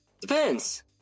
Depends